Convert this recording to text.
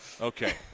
Okay